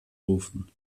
rufen